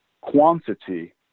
quantity